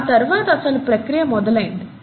ఆ తర్వాత అసలు ప్రక్రియ మొదలైయ్యింది